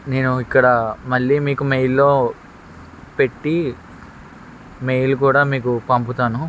నేను ఇక్కడ మళ్ళీ మీకు మెయిల్ల్లో పెట్టి మెయిల్ కూడా మీకు పంపుతాను